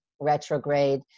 retrograde